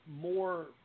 more